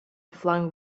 flung